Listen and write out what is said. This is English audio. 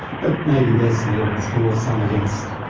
but maybe there's some evidence for, some against.